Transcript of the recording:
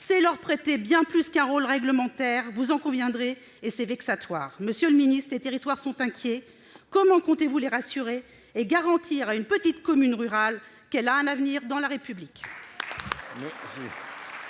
c'est leur prêter bien plus qu'un rôle réglementaire, vous en conviendrez, et c'est vexatoire. Les territoires sont inquiets ! Comment comptez-vous les rassurer et garantir à une petite commune rurale qu'elle a un avenir dans la République ?